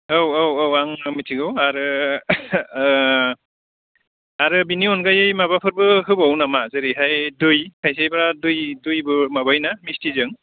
औ औ औ आं मिथिगौ आरो आरो बिनि अनगायै माबाफोरबो होबावो नामा जेरैहाय दुइ खायसेबा दुइबो माबायोना मिस्टिजों